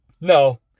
No